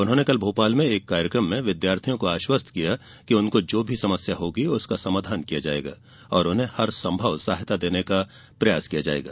उन्होंने कल भोपाल में एक कार्यक्रम में विद्यार्थियों को आश्वस्त किया कि उनको जो भी समस्या होगी उसका समाधान किया जायेगा और उन्हें हरसंभव सहायता देने का प्रयास किया जायेगा